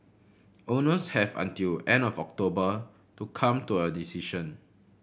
owners have until the end of October to come to a decision